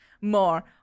more